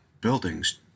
buildings